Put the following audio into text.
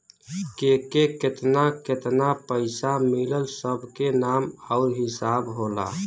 केके केतना केतना पइसा मिलल सब के नाम आउर हिसाब होला